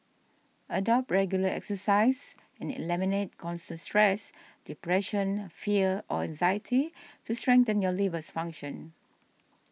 adopt regular exercise and eliminate constant stress depression fear or anxiety to strengthen your liver's function